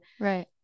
right